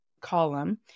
column